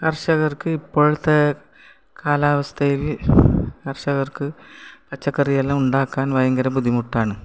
കർഷകർക്ക് ഇപ്പോഴത്തെ കാലാവസ്ഥയിൽ കർഷകർക്ക് പച്ചക്കറിയെല്ലാം ഉണ്ടാക്കാൻ ഭയങ്കര ബുദ്ധിമുട്ടാണ്